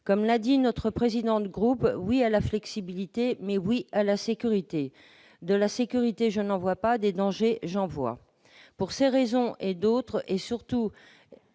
Comme l'a dit notre président de groupe, oui à la flexibilité, mais oui à la sécurité ! De la sécurité, je n'en vois pas ; des dangers, j'en vois. Pour ces raisons et pour d'autres, nous